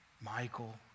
Michael